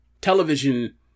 television